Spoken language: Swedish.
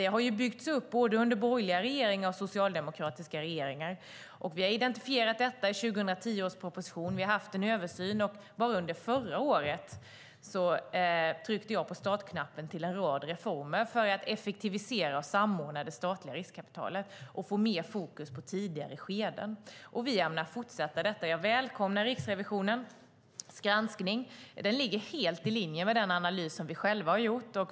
Det har byggts upp under både borgerliga och socialdemokratiska regeringar. Vi identifierade detta i 2010 års proposition, vi har haft en översyn och under förra året tryckte jag på startknappen för en rad reformer för att effektivisera och samordna det statliga riskkapitalet och få mer fokus på tidigare skeden. Vi ämnar fortsätta med detta. Jag välkomnar Riksrevisionens granskning. Den ligger helt i linje med den analys som vi själva har gjort.